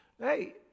Hey